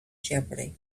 jeopardy